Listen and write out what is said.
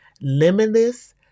limitless